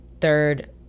third